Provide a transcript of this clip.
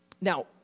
Now